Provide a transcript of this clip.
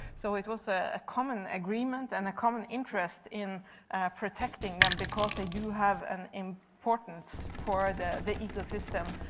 so it was ah a common agreement and a common interest in protecting them, because they do have an importance for the the ecosystem.